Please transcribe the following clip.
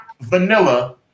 vanilla